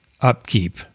upkeep